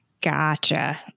Gotcha